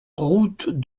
route